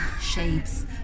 shapes